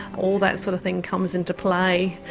all that sort of thing comes into play,